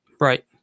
Right